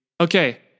Okay